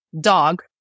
dog